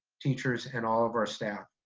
teachers, and all of our staff.